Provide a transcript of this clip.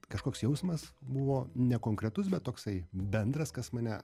kažkoks jausmas buvo nekonkretus bet toksai bendras kas mane